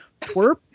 Twerp